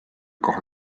kahe